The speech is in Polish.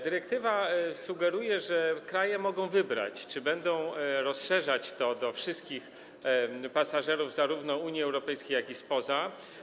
Dyrektywa sugeruje, że kraje mogą wybrać, czy będą rozszerzać ten zakres na wszystkich pasażerów, zarówno z Unii Europejskiej, jak i spoza.